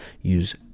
use